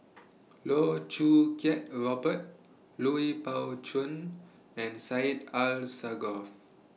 Loh Choo Kiat Robert Lui Pao Chuen and Syed Alsagoff